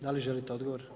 Da li želite odgovor?